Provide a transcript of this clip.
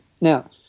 Now